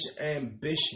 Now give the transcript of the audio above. ambition